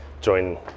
join